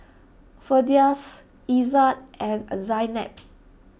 Firdaus Izzat and Zaynab